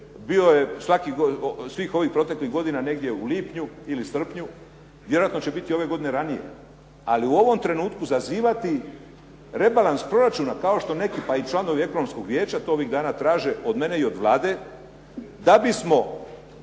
Bio je svih ovih proteklih godina negdje u lipnju ili srpnju. Vjerojatno će biti ove godine ranija. Ali u ovom trenutku zazivati rebalans proračuna, kao što neki, pa i članovi ekonomskog vijeća to ovih dana traže od mene i od Vlade da bismo